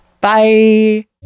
Bye